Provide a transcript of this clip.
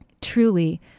truly